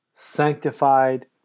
sanctified